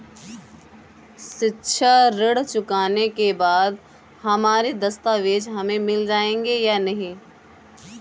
शिक्षा ऋण चुकाने के बाद हमारे दस्तावेज हमें मिल जाएंगे या नहीं?